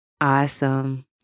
awesome